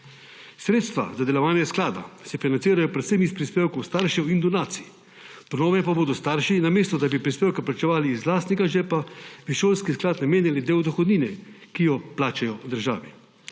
Sredstva za delovanje sklada se financirajo predvsem iz prispevkov staršev in donacij, po novem pa bodo starši, namesto da bi prispevke plačevali iz lastnega žepa, v šolski sklad namenjali del dohodnine, ki jo plačajo državi.